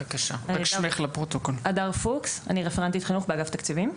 אני רפרנטית חינוך באגף תקציבים.